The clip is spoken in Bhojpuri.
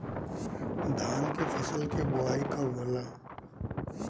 धान के फ़सल के बोआई कब होला?